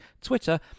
Twitter